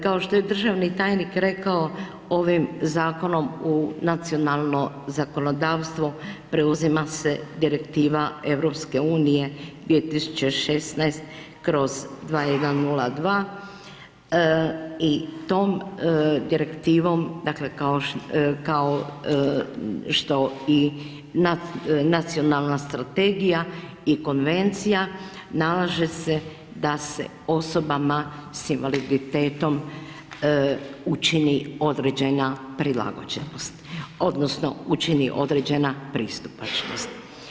Kao što je državni tajnik rekao ovim zakonom u nacionalno zakonodavstvo preuzima se Direktiva EU 2016/2102 i tom direktivom dakle kao što i Nacionalna strategija i konvencija nalaže se da se osobama s invaliditetom učini određena prilagođenost, odnosno učini određena pristupačnost.